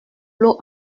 l’eau